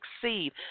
succeed